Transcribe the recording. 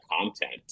content